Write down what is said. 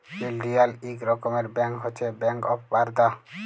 ইলডিয়াল ইক রকমের ব্যাংক হছে ব্যাংক অফ বারদা